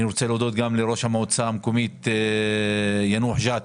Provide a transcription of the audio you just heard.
אני רוצה להודות גם לראש המועצה המקומית יאנוח ג'ת,